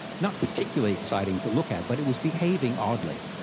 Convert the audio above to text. not particularly exciting to look at, but it was behaving oddly.